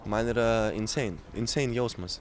man yra insen insen jausmas